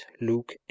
Luke